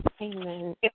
Amen